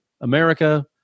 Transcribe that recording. America